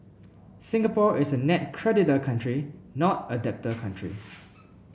Singapore is a net creditor country not a debtor country